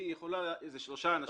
שלושה אנשים.